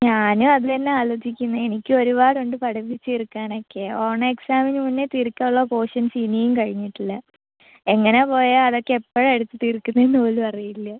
ഞാനും അത് തന്നെ ആലോചിക്കുന്നത് എനിക്കും ഒരുപാടുണ്ട് പഠിപ്പിച്ച് തീർക്കാനൊക്കെ ഓണം എക്സാമിന് മുന്നെ തീർക്കാനുള്ള പോഷൻസ് ഇനിയും കഴിഞ്ഞിട്ടില്ല എങ്ങനെ പോയാൽ അതൊക്കെ എപ്പോഴാണ് എടുത്ത് തീർക്കുന്നതെന്ന് പോലുമറിയില്ല